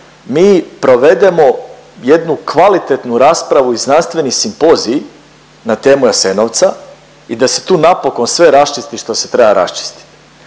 mi provedemo jednu kvalitetnu raspravu i znanstveni simpozij na temu Jasenovca i da se tu napokon sve raščisti što se treba raščistiti.